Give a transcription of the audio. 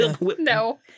No